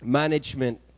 management